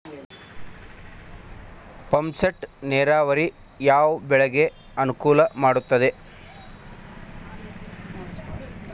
Pump set ನೇರಾವರಿ ಯಾವ್ ಬೆಳೆಗೆ ಅನುಕೂಲ ಮಾಡುತ್ತದೆ?